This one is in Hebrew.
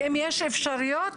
ואם יהיו להם אפשרויות,